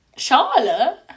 Charlotte